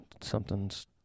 something's